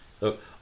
Look